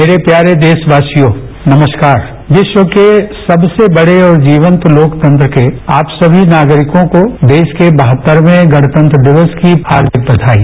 मेरे प्यारे देशवासियों नमस्कार विश्व के सबसे बड़े और जीवंत लोकतंत्र के आप सभी नागरिकों को देश के बहत्तरवें गणतंत्र दिवस की हार्दिक बधाई